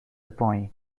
پایین